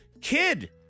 kid